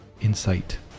insight